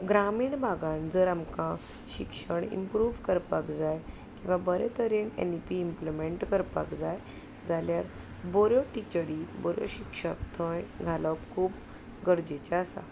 ग्रामीण भागांत जर आमकां शिक्षण इम्प्रूव करपाक जाय किंवा बरे तरेन ऍन ई पी इम्प्लिमँट करपाक जाय जाल्यार बऱ्यो टिचरी बरे शिक्षक थंय घालप खूब गरजेचें आसा